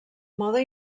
moda